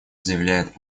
заявляет